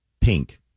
pink